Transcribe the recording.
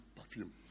perfume